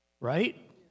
right